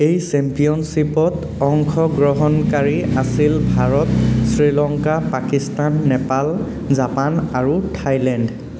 এই চেম্পিয়নশ্বিপত অংশগ্ৰহণকাৰী আছিল ভাৰত শ্ৰীলংকা পাকিস্তান নেপাল জাপান আৰু থাইলেণ্ড